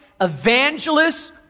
evangelists